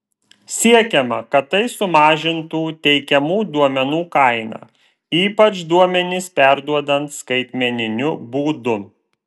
siekiama kad tai sumažintų teikiamų duomenų kainą ypač duomenis perduodant skaitmeniniu būdu